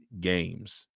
games